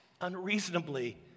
unreasonably